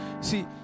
See